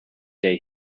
day